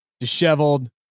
disheveled